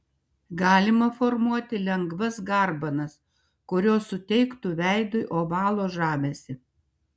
galima formuoti lengvas garbanas kurios suteiktų veidui ovalo žavesį